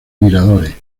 miradores